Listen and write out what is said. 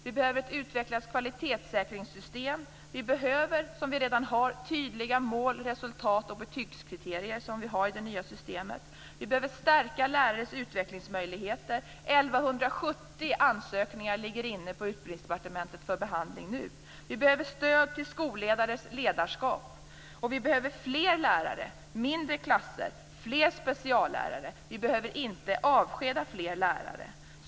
Det behövs ett utvecklat kvalitetssäkringssystem samt - som vi redan har i det nya systemet - tydliga mål, resultat och betygskriterier. Lärarnas utvecklingsmöjligheter behöver stärkas. Nu ligger 1 170 ansökningar inne på Utbildningsdepartementet för behandling. Det behövs stöd till skollledares ledarskap. Det behövs fler lärare, mindre klasser och fler speciallärare. Vi behöver inte avskeda fler lärare.